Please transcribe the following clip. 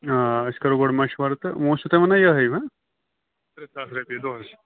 آ أسۍ کَرَو گۄڈٕ مَشوَرٕ تہٕ وٕ چھُو تُہۍ وَنان یِہٕے ہہ ترٛےٚ ساس روپیہِ دۄہَس